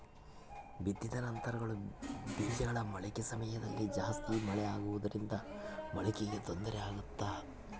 ಬಿತ್ತಿದ ನಂತರ ಬೇಜಗಳ ಮೊಳಕೆ ಸಮಯದಲ್ಲಿ ಜಾಸ್ತಿ ಮಳೆ ಆಗುವುದರಿಂದ ಮೊಳಕೆಗೆ ತೊಂದರೆ ಆಗುತ್ತಾ?